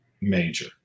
major